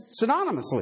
synonymously